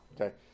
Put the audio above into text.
Okay